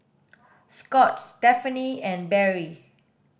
Scott Stephaine and Berry